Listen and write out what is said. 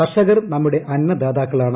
കർഷകർ നമ്മുടെ അന്നദാതാക്കളാണ്